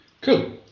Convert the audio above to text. Cool